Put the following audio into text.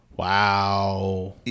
Wow